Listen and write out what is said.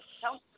tell